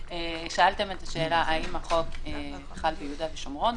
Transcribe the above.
שאלתם את השאלה האם החוק חל ביהודה ושומרון.